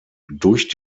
durch